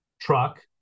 truck